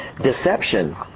deception